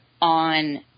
on